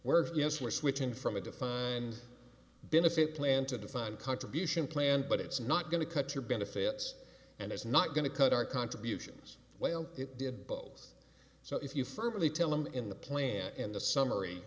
we're yes we're switching from a defined benefit plan to a defined contribution plan but it's not going to cut your benefits and is not going to cut our contributions while it did both so if you firmly tell them in the plan and the summary